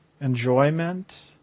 enjoyment